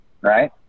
right